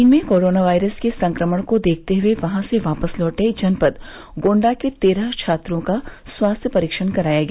चीन में corona virus के संक्रमण को देखते हुए वहां से वापस लौटे जनपद गोंडा के तेरह छात्रों का स्वास्थ्य परीक्षण कराया गया